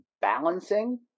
balancing